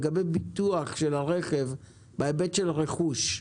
לגבי ביטוח של הרכב בהיבט של רכוש.